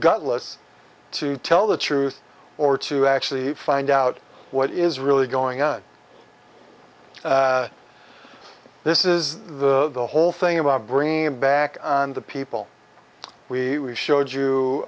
gutless to tell the truth or to actually find out what is really going on this is the whole thing about bringing back on the people we showed you